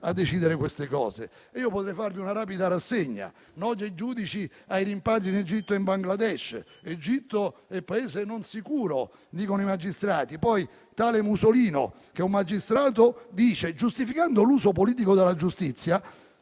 a decidere queste cose. Io potrei fare una rapida rassegna dei no dei giudici ai rimpatri in Egitto e in Bangladesh. L'Egitto è un Paese non sicuro, dicono - cito letteralmente - i magistrati; poi tale Musolino, che è un magistrato, dice, giustificando l'uso politico della giustizia: